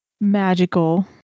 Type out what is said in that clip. magical